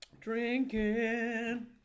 Drinking